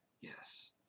Yes